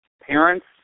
parents